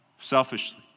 selfishly